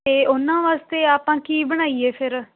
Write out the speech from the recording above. ਅਤੇ ਉਹਨਾਂ ਵਾਸਤੇ ਆਪਾਂ ਕੀ ਬਣਾਈਏ ਫਿਰ